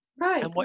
right